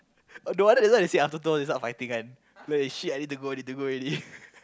oh no wonder just now they said after two hours they start fighting one like shit I need to go I need to go already